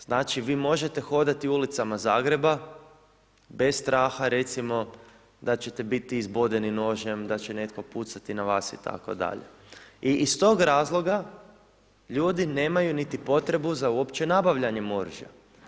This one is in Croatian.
Znači vi možete hodati ulicama Zagreba bez straha recimo da ćete biti izbodeni nožem, da će netko pucati na vas itd. i iz tog razloga ljudi nemaju niti potrebu za uopće nabavljanjem oružja.